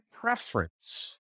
preference